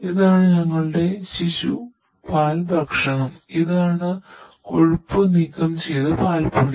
ഇതാണ് ഞങ്ങളുടെ ശിശു പാൽ ഭക്ഷണം ഇതാണ് ഞങ്ങളുടെ കൊഴുപ്പ് നീക്കം ചെയ്ത പാൽപ്പൊടി